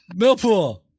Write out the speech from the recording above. Millpool